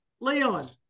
Leon